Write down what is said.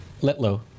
Letlow